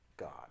God